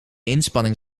inspanning